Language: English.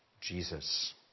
Jesus